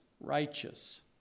righteous